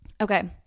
okay